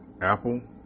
Apple